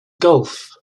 golf